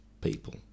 people